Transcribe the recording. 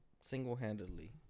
single-handedly